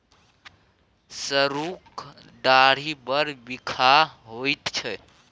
सरुक डारि बड़ बिखाह होइत छै